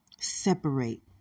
separate